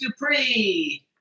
Dupree